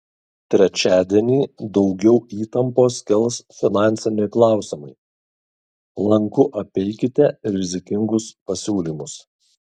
trečiadienį daugiau įtampos kels finansiniai klausimai lanku apeikite rizikingus pasiūlymus